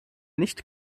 nicht